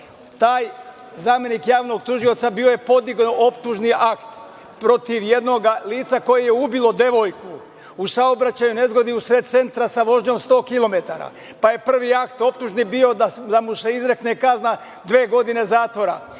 taj zamenik javnog tužioca bio je podigao optužni akt protiv jednog lica koje je ubilo devojku u saobraćajnoj nezgodi u sred centra, sa vožnjom od 100km. Prvi akt optužbe je bio da mu se izrekne kazna dve godine zatvora,